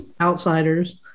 outsiders